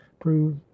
prove